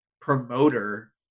promoter